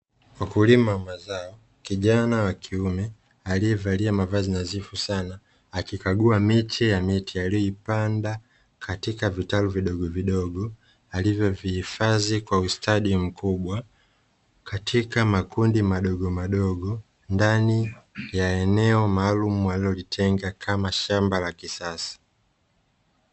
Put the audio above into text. Mkulima wa mazao, kijana wa kiume aliyevalia mavazi nadhifu sana akikagua miche ya miti aliyoipanda katika vitalu vidogovidogo, alivyo vihifadhi kwa ustadi mkubwa katika makundi madogomadogo ndani ya eneo maalumu alilotenga kama shamba la kisasa.